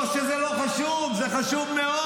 לא שזה לא חשוב, זה חשוב מאוד,